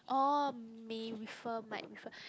oh may refer might refer